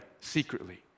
secretly